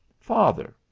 Father